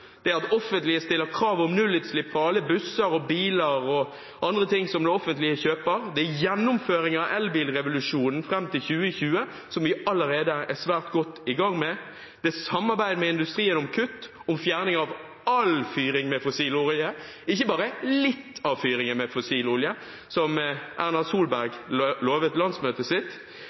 at det offentlige stiller krav om nullutslipp fra alle busser, biler og andre ting som det offentlige kjøper, gjennomføring av elbilrevolusjonen fram til 2020, som vi allerede er svært godt i gang med, samarbeid med industrien om kutt og fjerning av all fyring med fossil olje – ikke bare litt av fyringen med fossil olje, som Erna Solberg